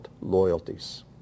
Loyalties